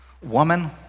woman